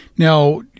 Now